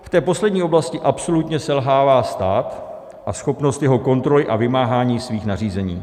V té poslední oblasti absolutně selhává stát a schopnost jeho kontroly a vymáhání svých nařízení.